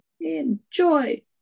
Enjoy